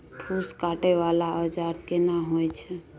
फूस काटय वाला औजार केना होय छै?